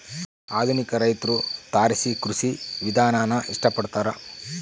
ಆಧುನಿಕ ರೈತ್ರು ತಾರಸಿ ಕೃಷಿ ವಿಧಾನಾನ ಇಷ್ಟ ಪಡ್ತಾರ